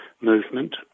movement